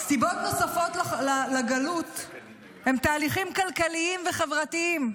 סיבות נוספות לגלות הם תהליכים כלכליים וחברתיים,